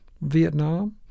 Vietnam